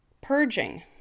purging